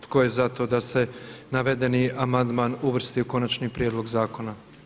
Tko je za to da se navedeni amandman uvrsti u Konačni prijedlog zakona?